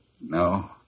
No